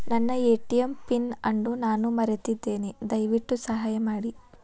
ನನ್ನ ATM pin ಅನ್ನು ನಾನು ಮರೆತಿದ್ದೇನೆ, ದಯವಿಟ್ಟು ಸಹಾಯ ಮಾಡಿ